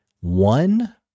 one